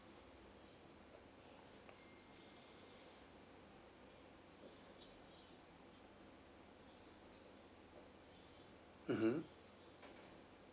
mmhmm